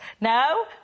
Now